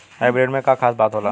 Hybrid में का खास बात होला?